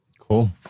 Cool